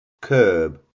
Curb